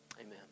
Amen